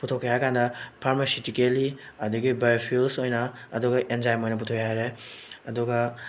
ꯄꯨꯊꯣꯛꯀꯦ ꯍꯥꯏꯔ ꯀꯥꯟꯗ ꯐꯥꯔꯃꯥꯁꯤꯇꯤꯀꯦꯜꯂꯤ ꯑꯗꯒꯤ ꯕꯥꯏꯑꯣ ꯐꯤꯜꯁ ꯑꯣꯏꯅ ꯑꯗꯨꯒ ꯑꯦꯟꯖꯥꯏꯝ ꯑꯣꯏꯅ ꯄꯨꯊꯣꯛꯑꯦ ꯍꯥꯏꯔꯦ ꯑꯗꯨꯒ